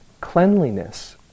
Cleanliness